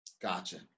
Gotcha